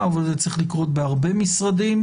אבל זה צריך לקרות בהרבה משרדים,